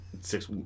six